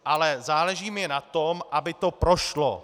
Ale záleží mi na tom, aby to prošlo.